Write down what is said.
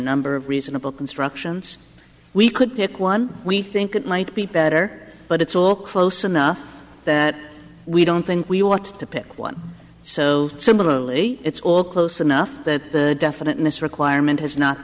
number of reasonable constructions we could pick one we think it might be better but it's all close enough that we don't think we ought to pick one so similarly it's all close enough that definiteness requirement has not